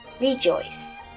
rejoice